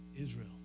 Israel